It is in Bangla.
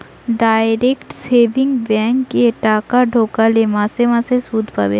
ডাইরেক্ট সেভিংস বেঙ্ক এ টাকা খাটালে মাসে মাসে শুধ পাবে